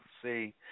See